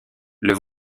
les